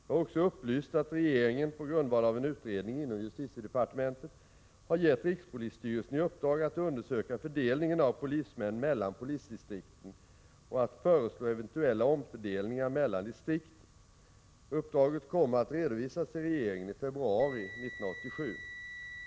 Jag har också upplyst att regeringen, på grundval av en utredning inom justitiedepartementet, har gett rikspolisstyrelsen i uppdrag att undersöka fördelningen av polismän mellan polisdistrik ten och att föreslå eventuella omfördelningar mellan distrikten. Uppdraget kommer att redovisas till regeringen i februari 1987.